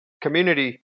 community